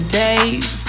days